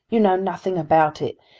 you know nothing about it.